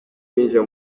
kwinjira